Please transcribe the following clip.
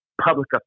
public